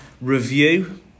review